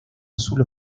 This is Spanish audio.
azul